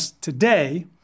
today